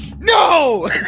No